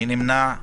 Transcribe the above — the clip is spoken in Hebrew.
מי נמנע?